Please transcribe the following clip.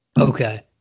okay